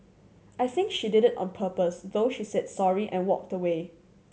I think she did on purpose though she said sorry and walked away